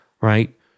right